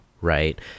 right